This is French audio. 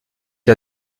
qui